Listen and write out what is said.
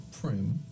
prim